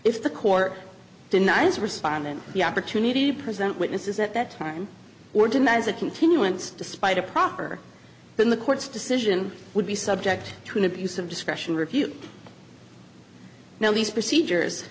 if the court denies respondent the opportunity to present witnesses at that time or denies a continuance despite a proper in the court's decision would be subject to an abuse of discretion review now these procedures